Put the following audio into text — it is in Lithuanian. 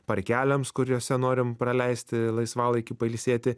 parkeliams kuriuose norim praleisti laisvalaikį pailsėti